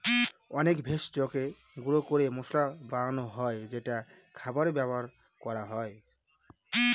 অনেক ভেষজকে গুঁড়া করে মসলা বানানো হয় যেটা খাবারে ব্যবহার করা হয়